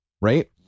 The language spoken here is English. Right